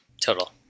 Total